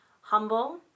humble